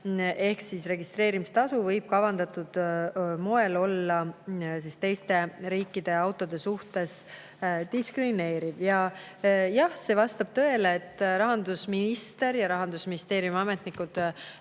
artikliga. Registreerimistasu võib kavandatud moel olla teiste riikide autode suhtes diskrimineeriv. Jah, see vastab tõele, et rahandusminister ja Rahandusministeeriumi ametnikud,